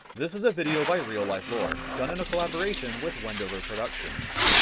this is a video by reallifelore done in a collaboration with wendover productions.